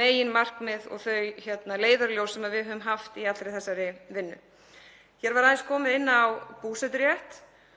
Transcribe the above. meginmarkmið og þau leiðarljós sem við höfum haft í allri þessari vinnu. Hér var aðeins komið inn á búseturétt.